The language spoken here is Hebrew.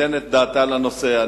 תיתן את דעתה לנושא.